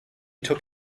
took